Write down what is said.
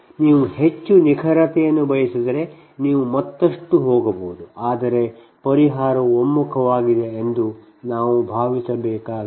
ನೀವು ಹೆಚ್ಚು ನಿಖರತೆಯನ್ನು ಬಯಸಿದರೆ ನೀವು ಮತ್ತಷ್ಟು ಹೋಗಬಹುದು ಆದರೆ ಪರಿಹಾರವು ಒಮ್ಮುಖವಾಗಿದೆ ಎಂದು ನಾವು ಭಾವಿಸಬೇಕಾಗಿಲ್ಲ